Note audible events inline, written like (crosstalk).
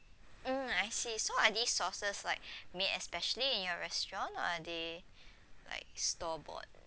mm I see so are these sauces like (breath) made specially in your restaurant or are (breath) they like store bought